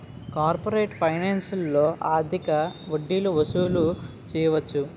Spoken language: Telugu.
కార్పొరేట్ ఫైనాన్స్లో అధిక వడ్డీలు వసూలు చేయవచ్చు